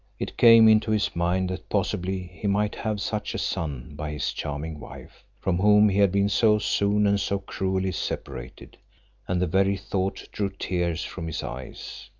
it came into his mind that possibly he might have such a son by his charming wife, from whom he had been so soon and so cruelly separated and the very thought drew tears from his eyes.